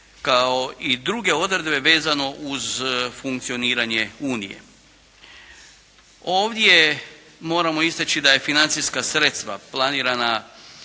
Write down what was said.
kao i druge odredbe vezano uz funkcioniranje Unije. Ovdje moramo istaći da su financijska sredstva planirana